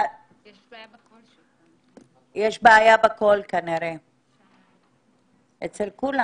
יש כנראה בעיה בקול אצל כולם.